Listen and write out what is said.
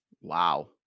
Wow